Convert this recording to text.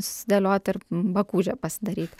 susidėlioti ar bakūžę pasidaryt